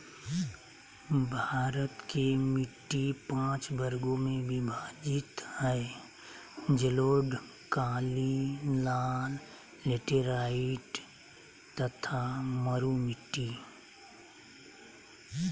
भारत के मिट्टी पांच वर्ग में विभाजित हई जलोढ़, काली, लाल, लेटेराइट तथा मरू मिट्टी